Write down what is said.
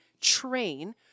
train